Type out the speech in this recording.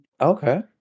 Okay